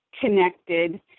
connected